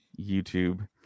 YouTube